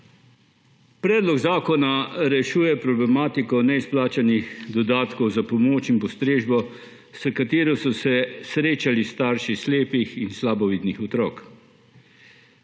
Predlog zakona rešuje problematiko neizplačanih dodatkov za pomoč in postrežbo, s katero so se srečali starši slepih in slabovidnih otrok.